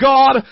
God